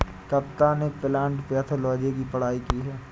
कविता ने plant pathology की पढ़ाई की है